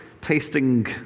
tasting